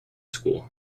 school